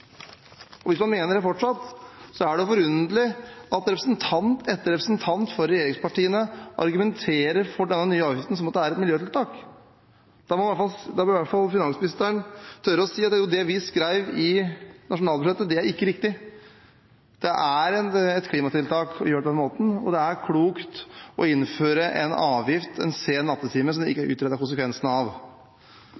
fortsatt? Hvis man mener det fortsatt, er det forunderlig at representant etter representant for regjeringspartiene argumenterer for denne nye avgiften som om det er et miljøtiltak. Da må i hvert fall finansministeren tørre å si det, og at det de skrev i nasjonalbudsjettet, ikke er riktig – det er et klimatiltak å gjøre det på den måten, og det er klokt å innføre en avgift en sen nattetime som man ikke har utredet konsekvensene av.